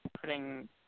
putting